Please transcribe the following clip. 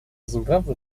зимбабве